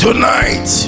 Tonight